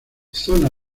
zona